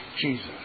Jesus